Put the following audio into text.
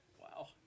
Wow